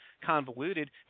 convoluted